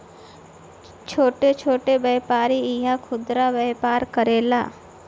छोट छोट व्यापारी इहा खुदरा व्यापार करेलन